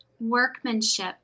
Workmanship